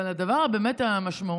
אבל הדבר הבאמת-המשמעותי,